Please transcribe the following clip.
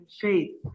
faith